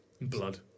blood